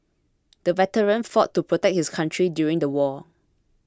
the veteran fought to protect his country during the war